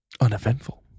uneventful